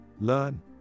learn